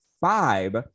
five